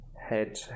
head